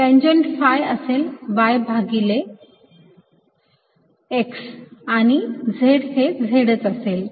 tangent phi असेल y भागिले x आणि z हे z च असेल